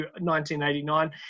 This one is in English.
1989